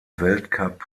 weltcup